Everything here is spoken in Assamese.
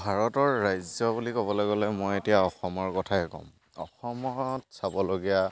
ভাৰতৰ ৰাজ্য বুলি ক'বলৈ গ'লে মই এতিয়া অসমৰ কথায়ে ক'ম অসমত চাবলগীয়া